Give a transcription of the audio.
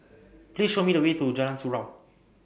Please Show Me The Way to Jalan Surau